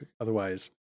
otherwise